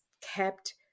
kept